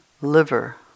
liver